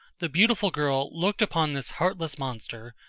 the beautiful girl looked upon this heartless monster,